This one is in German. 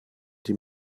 die